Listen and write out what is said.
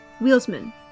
wheelsman